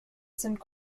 sind